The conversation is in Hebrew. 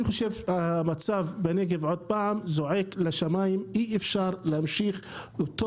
אני חושב שהמצב בנגב זועק לשמיים אי אפשר להמשיך אותו